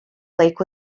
lake